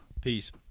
Peace